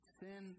sin